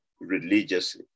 religious